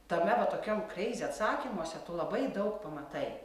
tame va tokiam kreizi atsakymuose tu labai daug pamatai